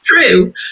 true